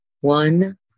One